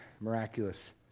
miraculous